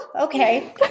Okay